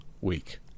week